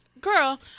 Girl